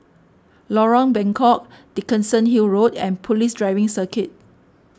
Lorong Bengkok Dickenson Hill Road and Police Driving Circuit